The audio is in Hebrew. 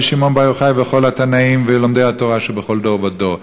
דרך רבי שמעון בר יוחאי ועד כל התנאים ולומדי התורה שבכל דור ודור.